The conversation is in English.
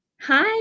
Hi